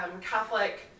Catholic